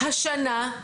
השנה,